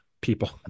people